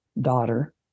daughter